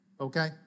okay